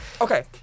Okay